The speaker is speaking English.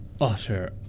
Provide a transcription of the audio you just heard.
utter